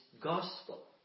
gospel